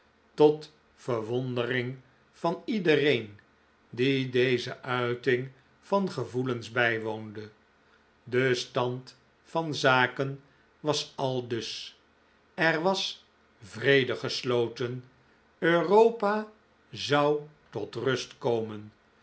tot verwondering van iedereen die deze uiting van gevoelens bijwoonde de stand van zaken was aldus er was vrede gesloten europa zou tot rust komen